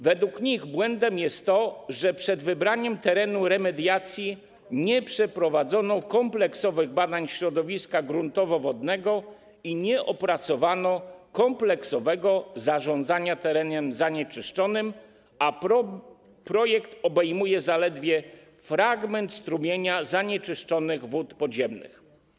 Według nich błędem jest to, że przed wybraniem terenu remediacji nie przeprowadzono kompleksowych badań środowiska gruntowo-wodnego i nie opracowano kompleksowego planu zarządzania terenem zanieczyszczonym, a projekt obejmuje zaledwie fragment strumienia zanieczyszczonych wód podziemnych.